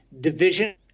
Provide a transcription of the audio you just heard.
division